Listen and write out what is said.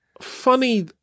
Funny